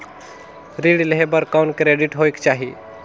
ऋण लेहे बर कौन क्रेडिट होयक चाही?